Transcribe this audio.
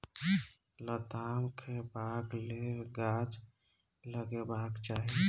लताम खेबाक लेल गाछ लगेबाक चाही